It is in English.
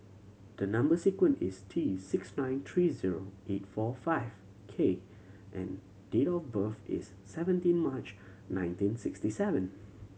the number sequence is T six nine three zero eight four five K and date of birth is seventeen March nineteen sixty seven